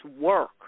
work